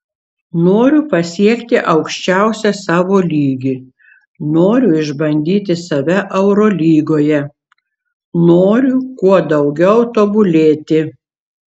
noriu pasiekti aukščiausią savo lygį noriu išbandyti save eurolygoje noriu kuo daugiau tobulėti